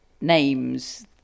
names